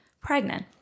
pregnant